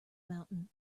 mountain